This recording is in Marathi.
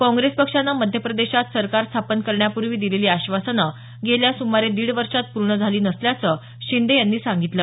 काँग्रेस पक्षानं मध्यप्रदेशात सरकार स्थापन करण्यापूर्वी दिलेली आश्वासनं गेल्या सुमारे दीड वर्षात पूर्ण झाली नसल्याचं शिंदे यांनी सांगितलं